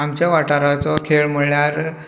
आमच्या वाठाराचो खेळ म्हळ्यार